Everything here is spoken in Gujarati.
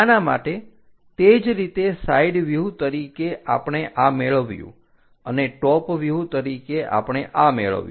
આના માટે તે જ રીતે સાઈડ વ્યુહ તરીકે આપણે આ મેળવ્યું અને ટોપ વ્યુહ તરીકે આપણે આ મેળવ્યું